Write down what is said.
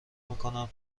میکنم